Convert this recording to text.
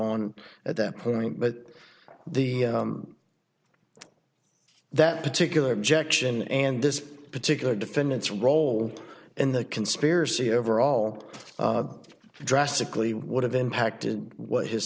on at that point but the that particular objection and this particular defendant's role in the conspiracy overall drastically would have impacted what his